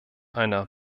einer